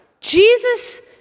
Jesus